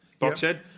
Boxhead